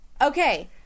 Okay